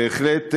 בהחלט,